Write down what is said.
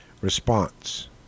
Response